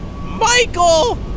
Michael